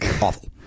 Awful